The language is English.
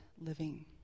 living